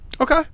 Okay